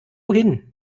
hin